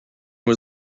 was